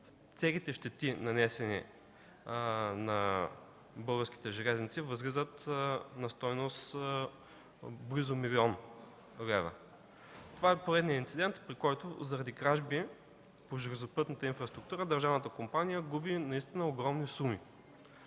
целите щети, нанесени на Българските железници, възлизат на стойност близо 1 млн. лв. Това е поредният инцидент, при който заради кражби по железопътната инфраструктура държавната компания губи огромни суми.